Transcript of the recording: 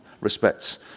respects